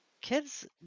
kids